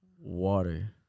Water